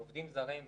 עובדים זרים וכולי.